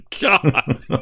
God